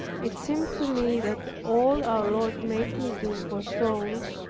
it seemed to me that all our lord made me do for souls,